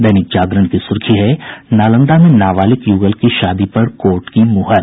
दैनिक जागरण की सुर्खी है नालंदा में नाबालिग युगल की शादी पर कोर्ट की मुहर